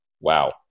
wow